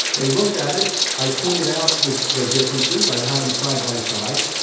they looked at it. i pointed out the the differences. i had them side by side.